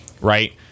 right